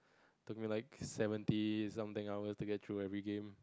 talking like seventies something else get through every game